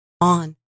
on